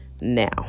now